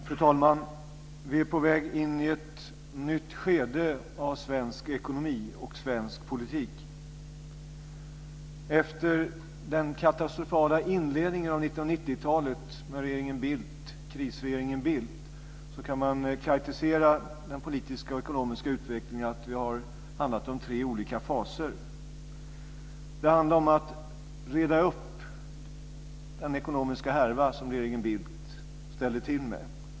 Fru talman! Vi är på väg in i ett nytt skede i svensk ekonomi och svensk politik. Efter den katastrofala inledningen av 1990-talet, med regeringen Bildt, krisregeringen Bildt, kan man karaktärisera den politiska och ekonomiska utvecklingen så att det har handlat om tre olika faser. Det handlade om att reda ut den ekonomiska härva som regeringen Bildt ställde till med.